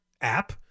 app